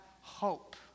hope